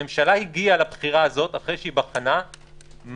הממשלה הגיעה להחלטה הזו אחרי שהיא בחנה מה